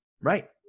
right